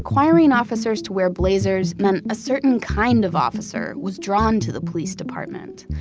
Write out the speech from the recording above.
requiring officers to wear blazers meant a certain kind of officer was drawn to the police department,